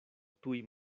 tuj